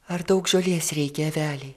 ar daug žolės reikia avelei